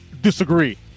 Disagree